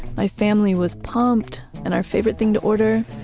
my family was pumped. and our favorite thing to order?